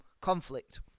conflict